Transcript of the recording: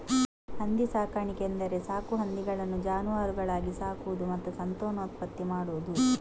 ಹಂದಿ ಸಾಕಾಣಿಕೆ ಎಂದರೆ ಸಾಕು ಹಂದಿಗಳನ್ನು ಜಾನುವಾರುಗಳಾಗಿ ಸಾಕುವುದು ಮತ್ತು ಸಂತಾನೋತ್ಪತ್ತಿ ಮಾಡುವುದು